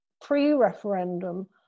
pre-referendum